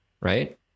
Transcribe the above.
right